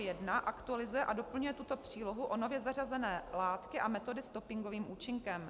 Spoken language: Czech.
I aktualizuje a doplňuje tuto přílohu o nově zařazené látky a metody s dopingovým účinkem.